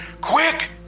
Quick